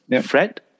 Fred